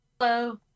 Hello